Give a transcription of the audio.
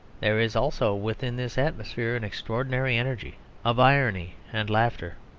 there is also within this atmosphere an extraordinary energy of irony and laughter.